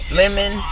lemon